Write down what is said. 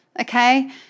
okay